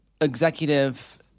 executive